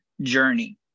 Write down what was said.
journey